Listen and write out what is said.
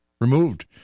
removed